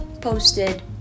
posted